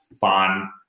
fun